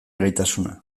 gaitasuna